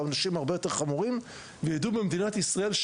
שהעונשים יהיו הרבה יותר חמורים ושיידעו במדינת ישראל,